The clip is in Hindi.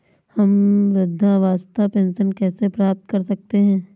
हम वृद्धावस्था पेंशन कैसे प्राप्त कर सकते हैं?